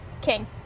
King